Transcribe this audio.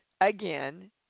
again